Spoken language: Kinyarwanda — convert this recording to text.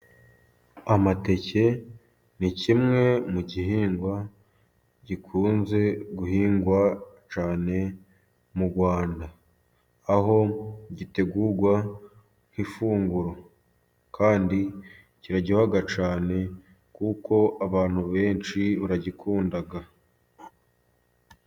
Amateke ni kimwe mu gihingwa gikunze guhingwa cyane mu rwanda, aho gitegurwa nk'ifunguro, kandi kiraryoha cyane kuko abantu benshi baragikunda.